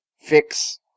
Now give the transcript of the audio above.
fix